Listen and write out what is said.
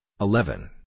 eleven